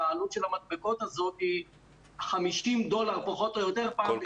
והעלות של המדבקות היא 50 דולר פחות או יותר פעם בשנתיים.